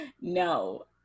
no